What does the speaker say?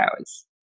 hours